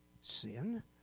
sin